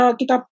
kita